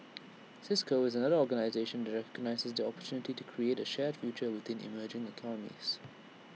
cisco is another organisation that recognises the opportunity to create A shared future within emerging economies